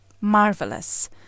Marvelous